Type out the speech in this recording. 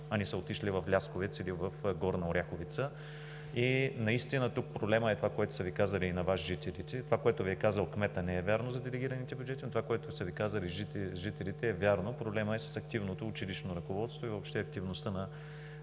а не са отишли в Лясковец или в Горна Оряховица. Наистина тук проблемът е в това, което са Ви казали и на Вас жителите. Това, което Ви е казал кметът за делегираните бюджети, не е вярно, но това, което са Ви казали жителите, е вярно. Проблемът е с активното училищно ръководство и въобще активността на